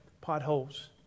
potholes